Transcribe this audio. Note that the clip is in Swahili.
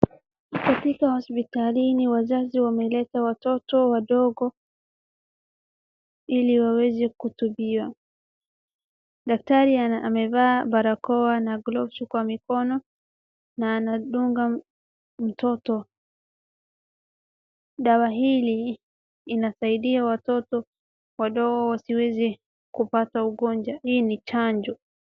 Katika hospitalini wazazi wameleta watoto wadogo ili waweze kutibiwa. Daktari amevaa barakoa na gloves kwa mikono na anadunga mtoto dawa hili inasaidia watoto wadogo wasiweze kupata ugonjwa. Hii ni chanjo.